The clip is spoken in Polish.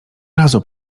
razu